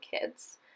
kids